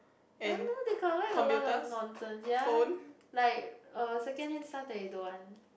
I don't know they collect a lot of nonsense ya like err second hand stuff that you don't want